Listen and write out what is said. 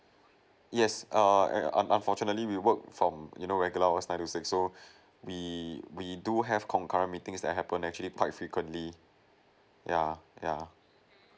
yes err un~ unfortunately we work from you know regular was nine to six so we we do have concurrent meetings that happen actually quite frequently yeah yeah